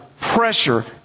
pressure